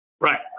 Right